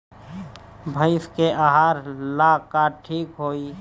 भइस के आहार ला का ठिक होई?